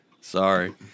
Sorry